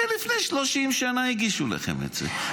הרי לפני 30 שנה הגישו לכם את זה,